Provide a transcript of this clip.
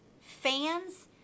fans